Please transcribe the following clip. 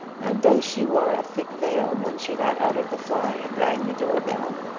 and though she wore a thick veil when she got out of the fly and rang the door bell,